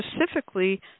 specifically